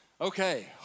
Okay